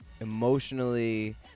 emotionally